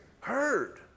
heard